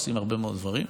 עושים הרבה מאוד דברים,